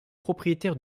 propriétaire